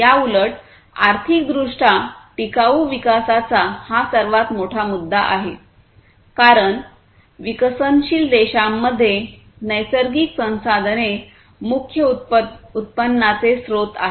याउलट आर्थिकदृष्ट्या टिकाऊ विकासाचा हा सर्वात मोठा मुद्दा आहे कारण विकसनशील देशांमध्ये नैसर्गिक संसाधने मुख्य उत्पन्नाचे स्रोत आहेत